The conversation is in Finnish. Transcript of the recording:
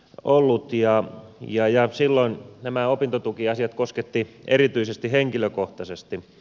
ollut tiia ja silloin nämä opintotukiasiat koskettivat erityisesti henkilökohtaisesti